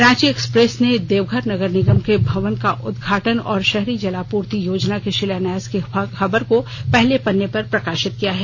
Ranchi Express ने देवघर नगर निगम के भवन का उद्घाटन और शहरी जलापूर्ति योजना के शिलान्यास की खबर को पहले पन्ने पर प्रकाशित किया है